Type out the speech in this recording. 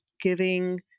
giving